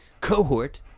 cohort